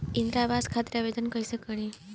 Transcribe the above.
इंद्रा आवास खातिर आवेदन कइसे करि?